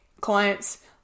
clients